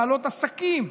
בעלות עסקים.